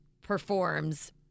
performs